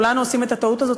כולנו עושים את הטעות הזאת,